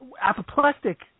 apoplectic